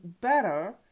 better